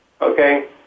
okay